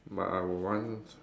but I would want